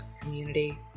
community